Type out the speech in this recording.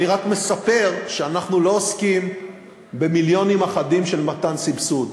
אני רק מספר שאנחנו לא עוסקים במיליונים אחדים של מתן סבסוד.